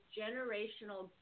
generational